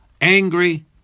angry